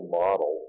model